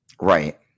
Right